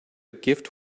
gift